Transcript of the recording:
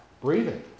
breathing